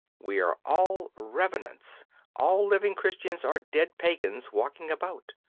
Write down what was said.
we are all revenants all living christians are dead pagans walking about.